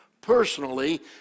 personally